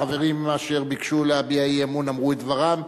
החברים אשר ביקשו להביע אי-אמון אמרו את דברם,